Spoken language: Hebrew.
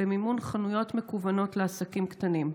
למימון חנויות מקוונות לעסקים קטנים.